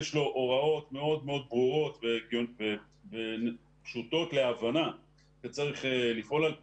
יש לו הוראות מאוד מאוד ברורות ופשוטות להבנה וצריך לפעול על פיהן.